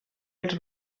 els